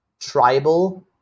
tribal